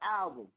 album